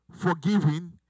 forgiving